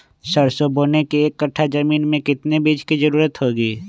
सरसो बोने के एक कट्ठा जमीन में कितने बीज की जरूरत होंगी?